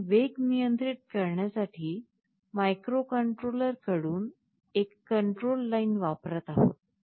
आपण वेग नियंत्रित करण्यासाठी मायक्रोकंट्रोलर कडून एक कंट्रोल लाइन वापरत आहोत